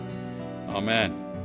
Amen